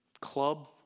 club